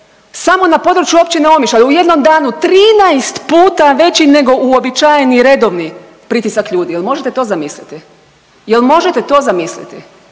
samo na području Općine Omišalj u jednom danu 13 puta već nego uobičajeni redovni pritisak ljudi. Jel možete to zamisliti, jel možete to zamisliti?